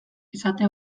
esate